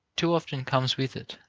too often comes with it.